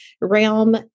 realm